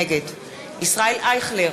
נגד ישראל אייכלר,